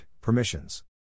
permissions